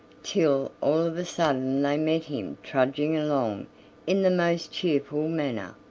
till all of a sudden they met him trudging along in the most cheerful manner.